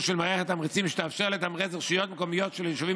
של מערכת תמריצים שתאפשר לתמרץ רשויות מקומיות של יישובים